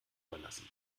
verlassen